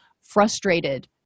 frustrated